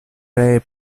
ree